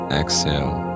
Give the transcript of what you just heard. exhale